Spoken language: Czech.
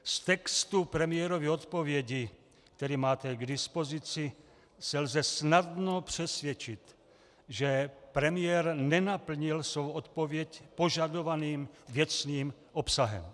Z textu premiérovy odpovědi, který máte k dispozici, se lze snadno přesvědčit, že premiér nenaplnil svou odpověď požadovaným věcným obsahem.